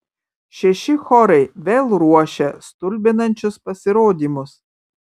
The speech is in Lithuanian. šeši chorai vėl ruošia stulbinančius pasirodymus